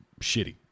shitty